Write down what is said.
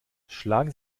schlagen